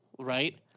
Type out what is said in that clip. Right